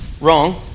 Wrong